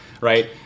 right